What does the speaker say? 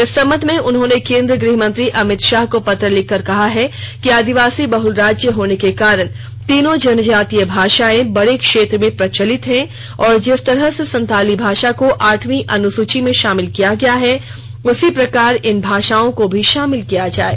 इस संबंध में उन्होंने केन्द्रीय गृहमंत्री अमित शाह को पत्र लिखकर कहा है कि आदिवासी बहुल राज्य होने के कारण तीनों जनजातीय भाषाएं बड़े क्षेत्र में प्रचलित हैं और जिस तरह से संथाली भाषा को आठवीं अनुसूची में शामिल किया गया है उसी प्रकार इन भाषाओं को भी शामिल किया जाये